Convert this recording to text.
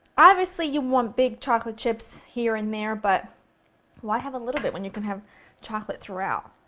obviously, you want big chocolate chips here and there, but why have a little bit when you can have chocolate throughout?